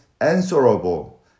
answerable